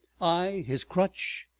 i his crutch,